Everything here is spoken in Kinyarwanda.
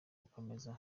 gukomeza